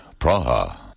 Praha